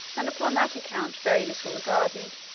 and upon that account very little regarded.